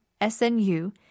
SNU